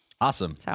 Awesome